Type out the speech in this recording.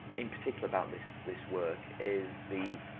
in particular about this this work is the,